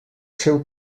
seu